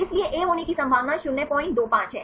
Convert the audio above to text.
इसलिए ए होने की संभावना 025 है